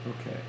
Okay